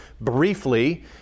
briefly